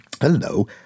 Hello